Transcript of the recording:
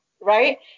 right